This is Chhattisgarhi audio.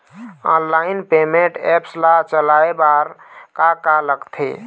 ऑनलाइन पेमेंट एप्स ला चलाए बार का का लगथे?